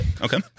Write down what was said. Okay